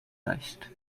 leicht